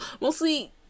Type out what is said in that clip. Mostly